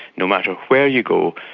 no matter where you go,